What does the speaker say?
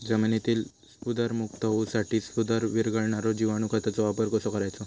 जमिनीतील स्फुदरमुक्त होऊसाठीक स्फुदर वीरघळनारो जिवाणू खताचो वापर कसो करायचो?